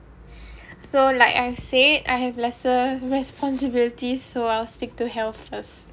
so like I said I have lesser responsibility so I'll stick to health first